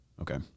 okay